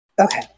Okay